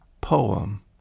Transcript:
poem